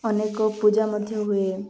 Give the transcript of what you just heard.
ଅନେକ ପୂଜା ମଧ୍ୟ ହୁଏ